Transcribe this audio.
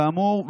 כאמור,